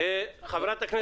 ואמרנו,